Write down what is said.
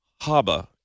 Haba